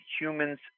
humans